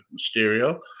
Mysterio